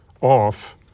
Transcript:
off